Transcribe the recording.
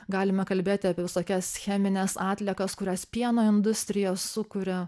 galime kalbėti apie visokias chemines atliekas kurias pieno industrija sukuria